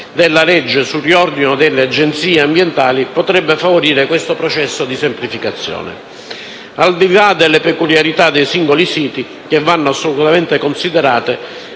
della legge sul riordino delle agenzie ambientali potrebbe favorire questo processo di semplificazione. Al di là delle peculiarità dei singoli siti, che vanno assolutamente considerate,